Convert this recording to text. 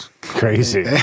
Crazy